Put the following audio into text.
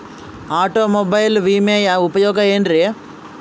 Automobile ವಿಮೆಯ ಉಪಯೋಗ ಏನ್ರೀ?